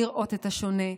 לראות את השונה,